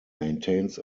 maintains